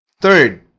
Third